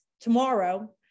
tomorrow